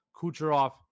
Kucherov